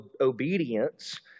obedience